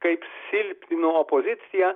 kaip silpnino opoziciją